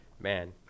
man